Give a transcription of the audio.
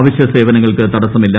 അവശ്യ സേവനങ്ങൾക്ക് തട്സ്സമില്ല